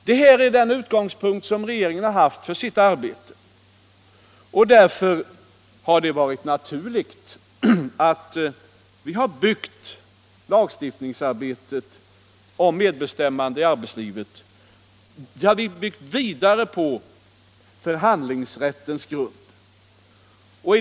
Detta är den utgångspunkt som regeringen har haft för sitt arbete, och därför har det varit naturligt att vi i lagstiftningen om medbestämmande i arbetet har byggt vidare på förhandlingsrättens grund.